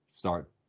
Start